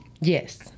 yes